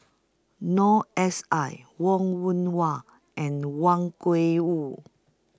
Noor S I Wong Yoon Wah and Wang Gungwu